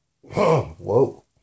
whoa